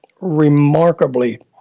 remarkably